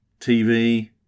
TV